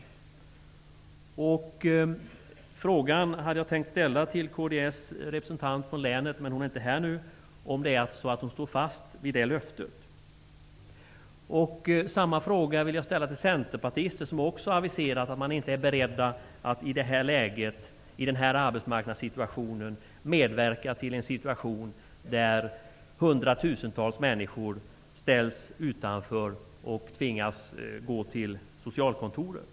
Jag hade tänkt ställa frågan till kds representant från länet om hon står fast vid det löftet, men hon är nu inte här. Samma fråga vill jag ställa till de centerpartister som har aviserat att de inte är beredda att i den här arbetsmarknadssituationen medverka till att hundratusentals människor ställs utanför arbetsmarknaden och tvingas att gå till socialkontoret.